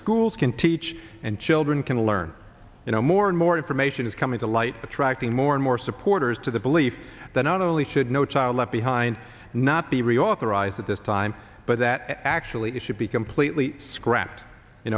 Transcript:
schools can teach and children can learn you know more and more information is coming to light attracting more and more supporters to the belief that not only should no child left behind not be reauthorized at this time but that actually it should be completely scrapped you